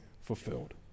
fulfilled